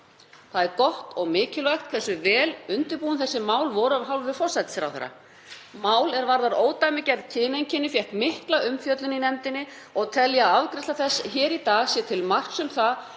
Það er gott og mikilvægt hversu vel undirbúin þessi mál voru af hálfu forsætisráðherra. Mál er varðar ódæmigerð kyneinkenni fékk mikla umfjöllun í nefndinni og tel ég að afgreiðsla þess hér í dag sé til marks um það